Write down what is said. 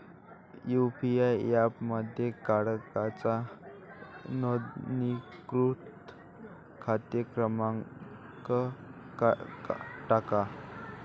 UPI ॲपमध्ये मालकाचा नोंदणीकृत खाते क्रमांक टाका